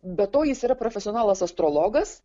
be to jis yra profesionalus astrologas